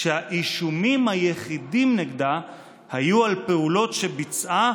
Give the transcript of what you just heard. האישומים היחידים נגדה היו על פעולות שביצעה